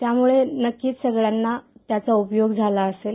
त्यामुळे नक्कीच सगळ्यांना त्याचा उपयोग झाला असेल